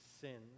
sins